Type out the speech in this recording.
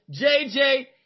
jj